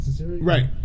Right